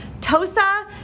Tosa